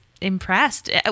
impressed